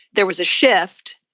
there was a shift.